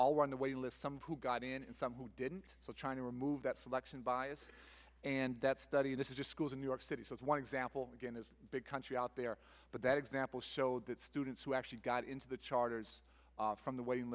all around the way list some who got in and some who didn't so trying to remove that selection bias and that study this is just schools in new york city as one example again is a big country out there but that example showed that students who actually got into the charters from the waiting